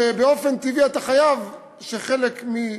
באופן טבעי חלק מהבחינות